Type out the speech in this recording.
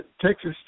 Texas